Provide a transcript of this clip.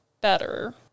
better